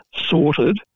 sorted